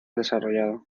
desarrollado